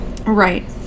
Right